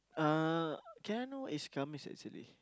uh can I know what is come is actually